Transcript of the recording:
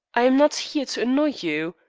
i am not here to annoy you.